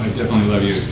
definitely love your